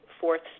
fourth